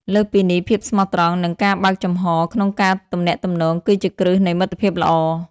លើសពីនេះ ភាពស្មោះត្រង់ និងការបើកចំហរក្នុងការទំនាក់ទំនង គឺជាគ្រឹះនៃមិត្តភាពល្អ។